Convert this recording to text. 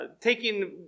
taking